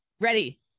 Ready